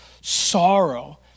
sorrow